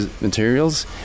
materials